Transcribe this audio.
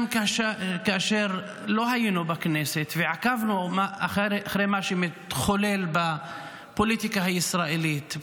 גם כאשר לא היינו בכנסת ועקבנו אחרי מה שמתחולל בפוליטיקה הישראלית,